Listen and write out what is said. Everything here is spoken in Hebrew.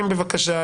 בבקשה,